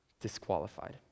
Disqualified